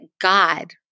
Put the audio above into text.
God